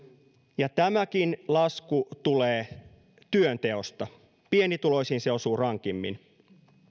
ja tämäkin lasku tulee työnteosta pienituloisiin se osuu rankimmin